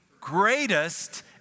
greatest